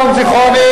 שאול,